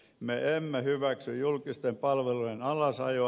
me emme hyväksy julkisten palveluiden alasajoa